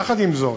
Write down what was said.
יחד עם זאת,